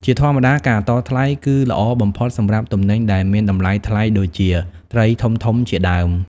ជាធម្មតាការតថ្លៃគឺល្អបំផុតសម្រាប់ទំនិញដែលមានតម្លៃថ្លៃដូចជា ត្រីធំៗជាដើម។